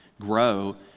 grow